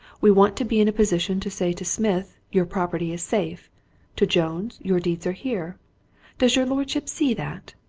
we want to be in a position to say to smith, your property is safe to jones, your deeds are here does your lordship see that?